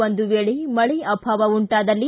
ಒಂದು ವೇಳೆ ಮಳೆ ಅಭಾವ ಉಂಟಾದಲ್ಲಿ